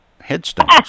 headstones